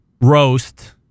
roast